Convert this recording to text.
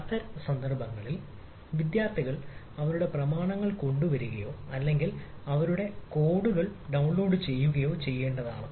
അത്തരം സന്ദർഭങ്ങളിൽ വിദ്യാർത്ഥികൾ അവരുടെ പ്രമാണങ്ങൾ കൊണ്ടുവരികയോ അല്ലെങ്കിൽ അവരുടെ കോഡുകൾ തുടങ്ങിയവ ഡൌൺലോഡ് ചെയ്യുകയോ ചെയ്യേണ്ടതാണ്